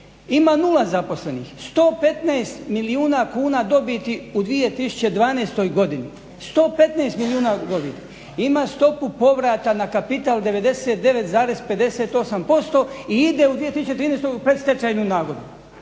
ima nula zaposlenih, 115 milijuna kuna dobiti u 2012.godini, 115 milijuna u godini, ima stopu povrata na kapital 99,58% i ide u 2013.u predstečajnu nagodbu.